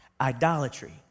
idolatry